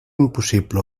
impossible